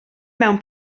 mewn